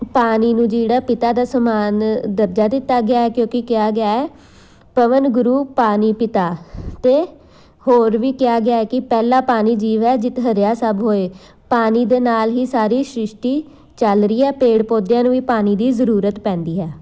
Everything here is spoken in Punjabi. ਪਾਣੀ ਨੂੰ ਜਿਹੜਾ ਪਿਤਾ ਦਾ ਸਮਾਨ ਦਰਜਾ ਦਿੱਤਾ ਗਿਆ ਹੈ ਕਿਉਂਕਿ ਕਿਹਾ ਗਿਆ ਹੈ ਪਵਣੁ ਗੁਰੂ ਪਾਣੀ ਪਿਤਾ ਅਤੇ ਹੋਰ ਵੀ ਕਿਹਾ ਗਿਆ ਹੈ ਕਿ ਪਹਿਲਾ ਪਾਣੀ ਜੀਉ ਹੈ ਜਿਤੁ ਹਰਿਆ ਸਭੁ ਕੋਇ ਪਾਣੀ ਦੇ ਨਾਲ ਹੀ ਸਾਰੀ ਸ੍ਰਿਸ਼ਟੀ ਚੱਲ ਰਹੀ ਹੈ ਪੇੜ ਪੌਦਿਆਂ ਨੂੰ ਵੀ ਪਾਣੀ ਦੀ ਜ਼ਰੂਰਤ ਪੈਂਦੀ ਹੈ